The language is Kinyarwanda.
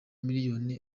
miliyoni